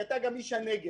כי אתה גם איש הנגב: